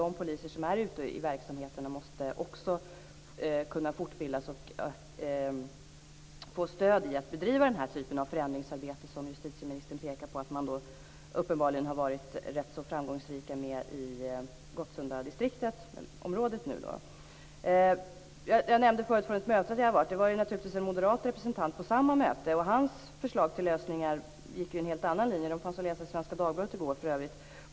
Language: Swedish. De poliser som är ute i verksamheten måste också kunna fortbildas och få stöd i att bedriva den typ av förändringsarbete som justitieministern pekar på att man uppenbarligen har varit rätt framgångsrik med i Gottsundaområdet nu. Jag nämnde förut det möte jag var på. Det var ju naturligtvis en moderat representant med på samma möte, och hans förslag till lösningar gick ju efter en helt annan linje. De fanns att läsa i Svenska Dagbladet i går, för övrigt.